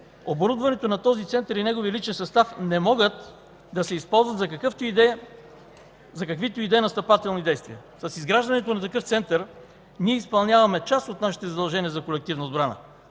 Оборудването на този център и неговият личен състав не могат да се използват за каквито и да е настъпателни действия. С изграждането на такъв център ние изпълняваме част от нашите задължения за колективна отбрана.